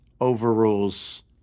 overrules